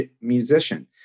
musician